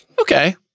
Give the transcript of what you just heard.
okay